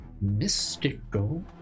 Mystical